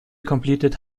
completed